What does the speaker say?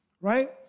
right